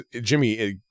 Jimmy